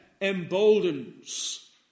emboldens